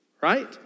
Right